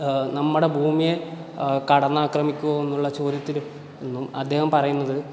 നമ്മുടെ ഭൂമിയെ കടന്ന് ആക്രമിക്കുമോ എന്നുള്ള ചോദ്യത്തിന് എന്നും അദ്ദേഹം പറയുന്നത്